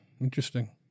Interesting